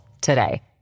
today